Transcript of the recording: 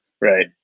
Right